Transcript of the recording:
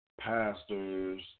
pastors